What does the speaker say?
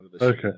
okay